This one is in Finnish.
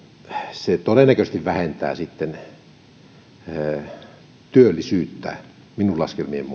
sitten todennäköisesti vähentää työllisyyttä minun laskelmieni